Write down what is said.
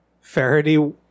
faraday